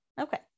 Okay